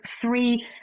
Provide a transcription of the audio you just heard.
three